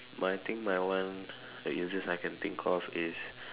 but I think my one the easiest I can think of is